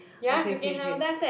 okay okay okay